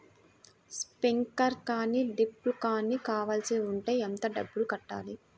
Sprinkler కానీ డ్రిప్లు కాని కావాలి అంటే ఎంత డబ్బులు కట్టాలి?